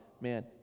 man